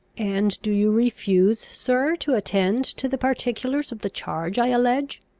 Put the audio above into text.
and do you refuse, sir, to attend to the particulars of the charge i allege?